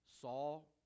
Saul